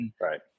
Right